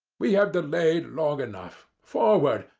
we have delayed long enough. forward!